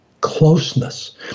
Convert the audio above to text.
closeness